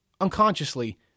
unconsciously